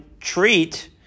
treat